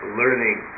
learning